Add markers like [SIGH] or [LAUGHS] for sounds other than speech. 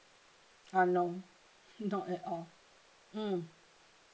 uh no [LAUGHS] not at all mm